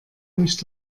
nicht